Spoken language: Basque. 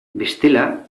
bestela